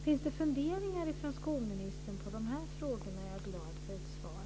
Finns det funderingar från skolministern kring de här frågorna är jag glad för ett svar.